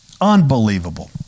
Unbelievable